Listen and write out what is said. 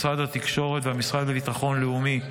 משרד התקשורת והמשרד לביטחון לאומי,